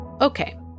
Okay